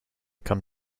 come